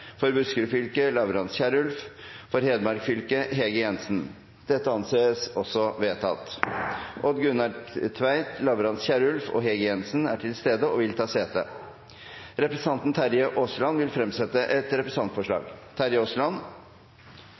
TveitFor Buskerud fylke: Lavrans KierulfFor Hedmark fylke: Hege Jensen Odd Gunnar Tveit, Lavrans Kierulf og Hege Jensen er til stede og vil ta sete. Representanten Terje Aasland vil fremsette et representantforslag.